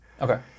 Okay